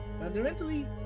Fundamentally